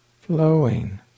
flowing